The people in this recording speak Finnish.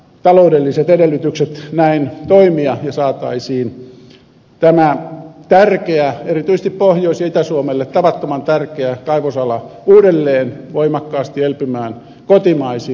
taloudelliset edellytykset näin toimia ja saataisiin tämä tärkeä erityisesti pohjois ja itä suomelle tavattoman tärkeä kaivosala uudelleen voimakkaasti elpymään kotimaisin lähtökohdin